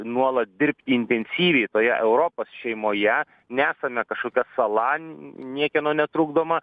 nuolat dirbti intensyviai toje europos šeimoje nesame kažkokia sala niekieno netrukdoma